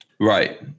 Right